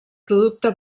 producte